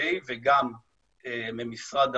גם היא אתנו כאן.